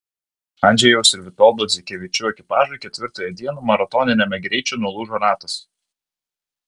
andžejaus ir vitoldo dzikevičių ekipažui ketvirtąją dieną maratoniniame greičio nulūžo ratas